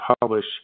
publish